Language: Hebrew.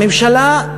הממשלה,